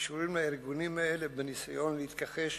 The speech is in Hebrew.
שקשורים לארגונים האלה, בניסיון להתכחש